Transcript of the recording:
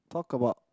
talk about